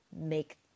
make